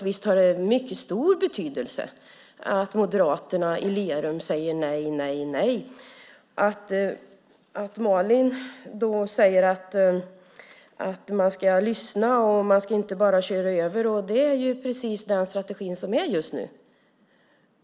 Visst har det mycket stor betydelse att moderaterna i Lerum säger nej. Malin säger att man ska lyssna och inte bara köra över. Det är precis den strategi som gäller just nu.